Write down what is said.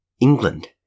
England